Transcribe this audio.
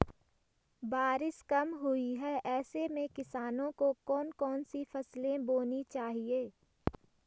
बारिश कम हुई है ऐसे में किसानों को कौन कौन सी फसलें बोनी चाहिए?